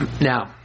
now